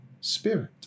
Spirit